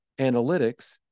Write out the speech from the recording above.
analytics